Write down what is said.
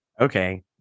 okay